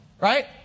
right